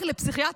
לכי לפסיכיאטר.